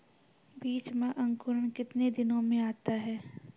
बीज मे अंकुरण कितने दिनों मे आता हैं?